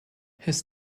his